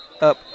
up